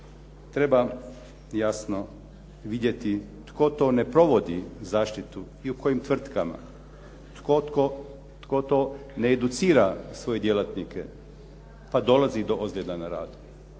Treba jasno vidjeti tko to ne provodi zaštitu i u kojim tvrtkama. Tko to ne educira svoje djelatnike pa dolazi do ozljeda na radu.